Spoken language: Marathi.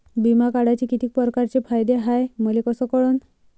बिमा काढाचे कितीक परकारचे फायदे हाय मले कस कळन?